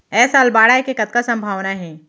ऐ साल बाढ़ आय के कतका संभावना हे?